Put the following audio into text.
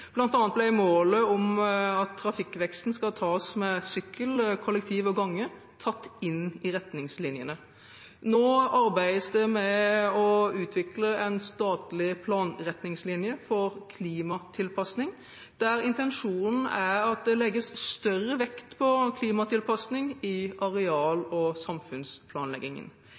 målet om at trafikkveksten skal tas med sykkel, kollektiv og gange, tatt inn i retningslinjene. Nå arbeides det med å utvikle en statlig planretningslinje for klimatilpasning, der intensjonen er at det legges større vekt på klimatilpasning i areal-